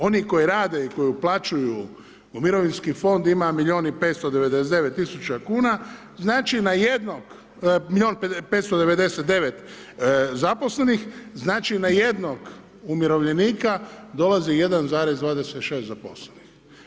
Oni koji rade i koji uplaćuju u mirovinski fond ima milijun i 599 tisuća kuna, znači na jednog, milijun 599 zaposlenih, znači na jednog umirovljenika dolazi 1,26 zaposlenih.